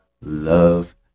Love